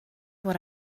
what